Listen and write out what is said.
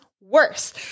worse